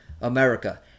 America